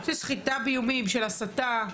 של סחיטה באיומים, של הסתה.